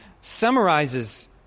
summarizes